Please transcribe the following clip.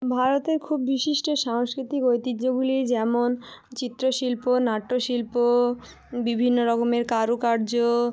ভারতের খুব বিশিষ্ট সাংস্কৃতিক ঐতিহ্যগুলি যেমন চিত্রশিল্প নাট্যশিল্প বিভিন্ন রকমের কারুকার্য